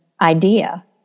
idea